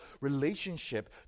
relationship